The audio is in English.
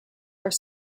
are